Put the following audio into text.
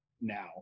now